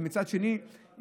ומצד שני,